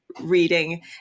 reading